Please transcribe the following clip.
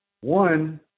one